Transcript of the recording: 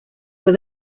were